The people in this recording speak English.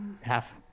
half